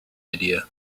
idea